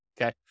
okay